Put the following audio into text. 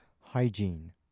hygiene